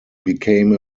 became